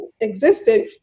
existed